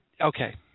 Okay